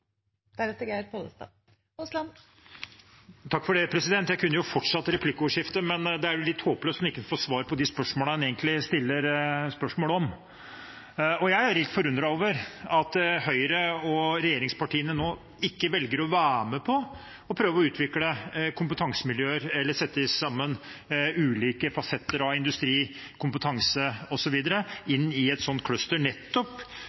kunne fortsatt replikkordskiftet, men det er jo litt håpløst når man ikke får svar på de spørsmålene man stiller. Jeg er litt forundret over at Høyre og regjeringspartiene nå ikke velger å være med på å prøve å utvikle kompetansemiljøer eller sette sammen ulike fasetter av industri, kompetanse osv. i et slikt cluster, nettopp